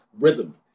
rhythm